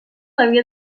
havia